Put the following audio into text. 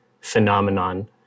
phenomenon